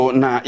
na